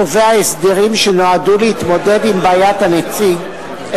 קובע הסדרים שנועדו להתמודד עם בעיית הנציג,